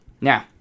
now